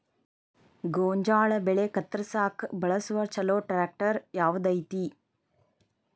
ಗೋಂಜಾಳ ಬೆಳೆ ಕತ್ರಸಾಕ್ ಬಳಸುವ ಛಲೋ ಟ್ರ್ಯಾಕ್ಟರ್ ಯಾವ್ದ್ ಐತಿ?